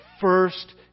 first